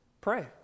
Pray